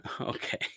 okay